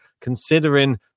considering